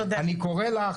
אני קורא לך,